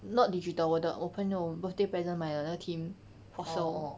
not digital 我的我朋友 birthday present 买的那个 tin fossil